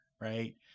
Right